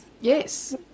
Yes